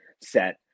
set